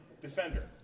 Defender